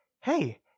Hey